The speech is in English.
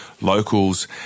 locals